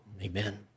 Amen